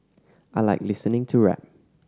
I like listening to rap